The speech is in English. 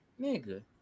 nigga